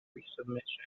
resubmission